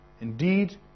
Indeed